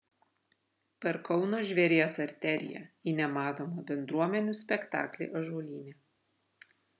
per kauno žvėries arteriją į nematomą bendruomenių spektaklį ąžuolyne